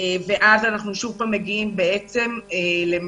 ואז אנחנו שוב מגיעים למצב